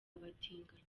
abatinganyi